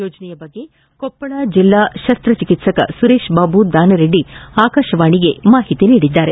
ಯೋಜನೆ ಬಗ್ಗೆ ಕೊಪ್ಪಳ ಜಿಲ್ಲಾ ಶಸ್ತಚಿಕಿತ್ತಕ ಸುರೇಶಬಾಬು ದಾನರಡ್ಡಿ ಆಕಾಶವಾಣಿಗೆ ಮಾಹಿತಿ ನೀಡಿದ್ದಾರೆ